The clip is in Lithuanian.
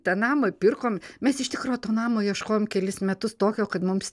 tą namą pirkom mes iš tikro to namo ieškojom kelis metus tokio kad mums